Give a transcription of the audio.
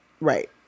Right